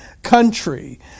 country